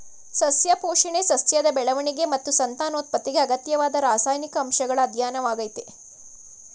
ಸಸ್ಯ ಪೋಷಣೆ ಸಸ್ಯದ ಬೆಳವಣಿಗೆ ಮತ್ತು ಸಂತಾನೋತ್ಪತ್ತಿಗೆ ಅಗತ್ಯವಾದ ರಾಸಾಯನಿಕ ಅಂಶಗಳ ಅಧ್ಯಯನವಾಗಯ್ತೆ